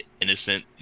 innocent